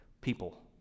people